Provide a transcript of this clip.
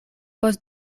post